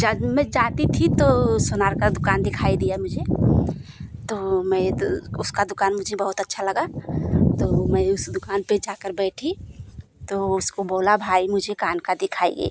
जब मैं जाती थी तो सोनार का दुकान दिखाई दिया मुझे तो मैं द उसका दुकान मुझे बहुत अच्छा लगा तो मैं उस दुकान पर जाकर बैठी तो उसको बोला भाई मुझे कान का दिखाइए